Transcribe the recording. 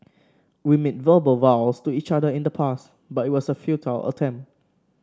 we made verbal vows to each other in the past but it was a futile attempt